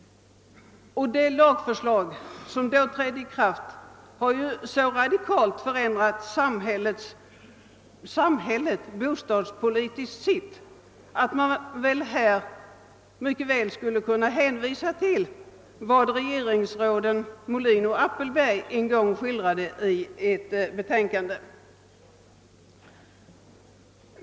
Den lag som då trädde i kraft har ju radikalt förändrat samhället bostadspolitiskt sett, varför man här mycket väl skulle kunna hänvisa till vad justitieråden Molin och Appelberg en gång yttrade i ett betänkande.